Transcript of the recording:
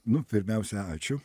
nu pirmiausia ačiū